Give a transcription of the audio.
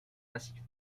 massif